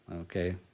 okay